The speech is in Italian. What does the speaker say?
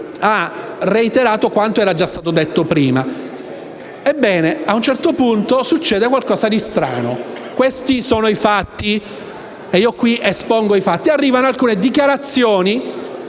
reiterato quanto era già stato detto prima. Ebbene, a un certo punto succede qualcosa di strano. Questi sono i fatti, che qui espongo: arrivano alcune dichiarazioni